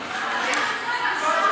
נורא.